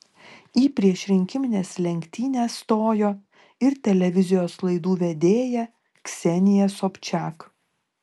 į priešrinkimines lenktynes stojo ir televizijos laidų vedėja ksenija sobčiak